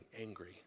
angry